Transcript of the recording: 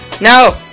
No